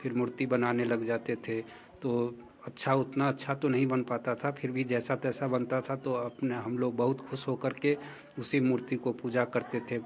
फिर मूर्ति बनाने लग जाते थे तो अच्छा उतना अच्छा तो नहीं बन पाता था फिर भी जैसा तैसा बनता था तो अपना हम लोग बहुत ख़ुश हो कर के उसी मूर्ति की पूजा करते थे